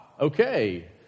okay